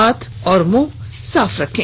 हाथ और मुंह साफ रखें